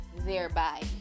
thereby